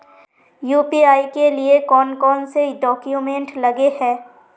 UPI के लिए कौन कौन से डॉक्यूमेंट लगे है?